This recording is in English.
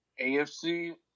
AFC